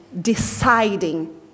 deciding